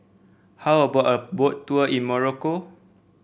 how about a Boat Tour in Morocco